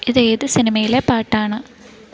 ഇതേത് സിനിമയിലെ പാട്ടാണ്